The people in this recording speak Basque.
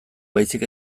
baizik